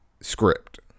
script